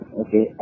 okay